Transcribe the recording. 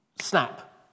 snap